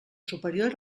superior